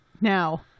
now